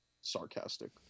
Sarcastic